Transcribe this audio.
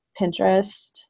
Pinterest